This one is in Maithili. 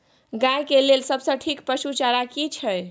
गाय के लेल सबसे ठीक पसु चारा की छै?